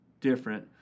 different